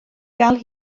gael